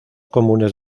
comunes